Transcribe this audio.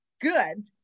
good